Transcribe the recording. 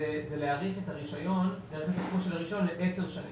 להאריך את הרישיון ל-10 שנים.